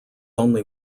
only